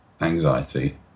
anxiety